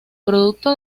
producto